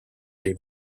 oli